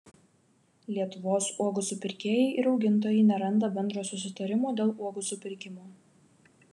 lietuvos uogų supirkėjai ir augintojai neranda bendro susitarimo dėl uogų supirkimo